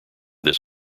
this